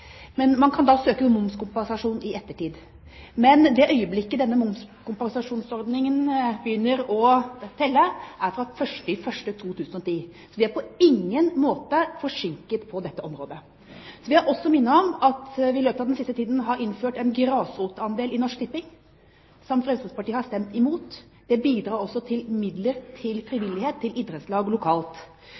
men man kan da søke om momskompensasjon i ettertid. Men det tidspunktet denne momskompensasjonsordningen begynner å virke, er 1. januar 2010, så vi er på ingen måte forsinket på dette området. Så vil jeg også minne om at vi i løpet av den siste tiden har innført en grasrotandel i Norsk Tipping som Fremskrittspartiet har stemt imot. Det bidrar også til frivillighetsmidler til idrettslag lokalt.